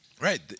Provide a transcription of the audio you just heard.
Right